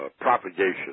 propagation